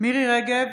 מירי מרים רגב,